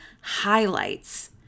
highlights